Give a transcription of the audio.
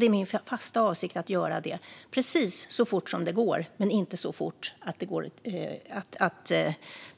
Det är min fasta avsikt att göra det precis så fort som det går men inte så fort att